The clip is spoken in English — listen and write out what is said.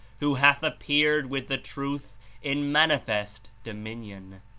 who hath appeared with the truth in manifest dominion.